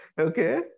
okay